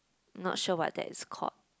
not sure what that is called